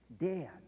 dead